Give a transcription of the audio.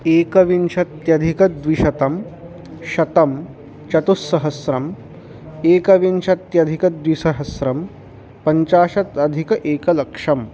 एकविंशत्यधिकद्विशतं शतं चतुस्सहस्रम् एकविंशत्यधिकद्विसहस्रं पञ्चाशदधिकम् एकलक्षम्